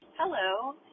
Hello